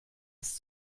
ist